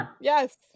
Yes